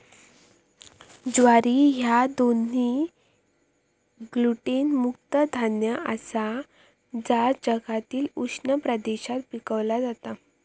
ज्वारी ह्या दोन्ही ग्लुटेन मुक्त धान्य आसा जा जगातील उष्ण प्रदेशात पिकवला जाता